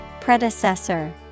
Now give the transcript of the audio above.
Predecessor